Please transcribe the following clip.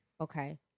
Okay